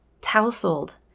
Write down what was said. tousled